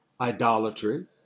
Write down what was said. idolatry